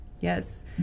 Yes